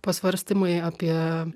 pasvarstymai apie